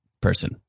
person